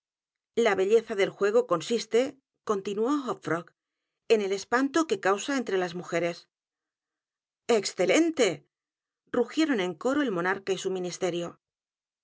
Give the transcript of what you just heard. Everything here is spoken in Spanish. la belleza del juego consiste continuó hopf r o g en el espanto que causa entre las mujeres excelente rugieron en coro el monarca y su ministerio